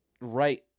right